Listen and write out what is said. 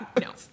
no